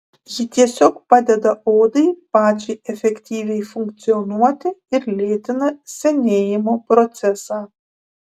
ji tiesiog padeda odai pačiai efektyviai funkcionuoti ir lėtina senėjimo procesą